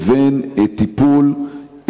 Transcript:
לבין טיפול,